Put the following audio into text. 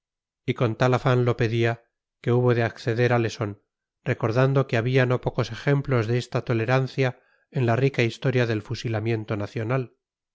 y con tal afán lo pedía que hubo de acceder aleson recordando que había no pocos ejemplos de esta tolerancia en la rica historia del fusilamiento nacional